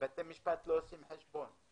בבתי משפט לא עושים חשבון,